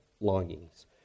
longings